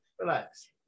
relax